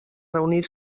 reunir